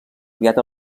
aviat